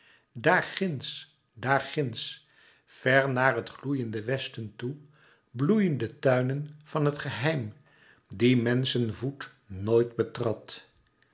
daar ginds daar ginds ver naar het gloeiende westen toe bloeien de tuinen van het geheim die menschenvoet nooit betrad